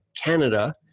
Canada